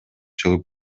чыгып